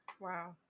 Wow